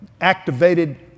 activated